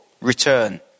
return